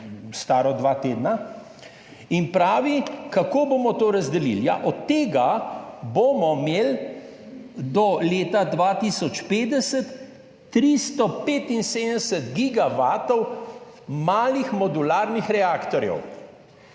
staro dva tedna, ki pravi, kako bomo to razdelili. Ja, od tega bomo imeli do leta 2050 375 gigavatov malih modularnih reaktorjev.